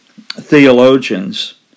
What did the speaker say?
theologians